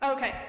Okay